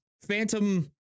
phantom